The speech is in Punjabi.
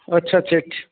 ਅੱਛਾ ਅੱਛਾ ਅੱਛ